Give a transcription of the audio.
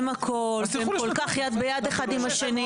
הכול והם כל-כך יד ביד אחד עם השני,